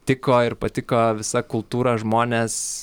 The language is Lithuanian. tiko ir patiko visa kultūra žmonės